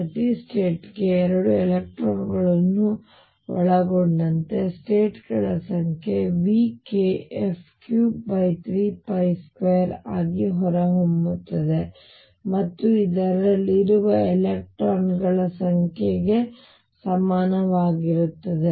ಪ್ರತಿ ಸ್ಟೇಟ್ ಗೆ 2 ಎಲೆಕ್ಟ್ರಾನ್ಗಳನ್ನು ಒಳಗೊಂಡಂತೆ ಸ್ಟೇಟ್ ಗಳ ಸಂಖ್ಯೆ VkF332 ಆಗಿ ಹೊರಹೊಮ್ಮುತ್ತದೆ ಮತ್ತು ಇದು ಇದರಲ್ಲಿರುವ ಎಲೆಕ್ಟ್ರಾನ್ಗಳ ಸಂಖ್ಯೆಗೆ ಸಮನಾಗಿರುತ್ತದೆ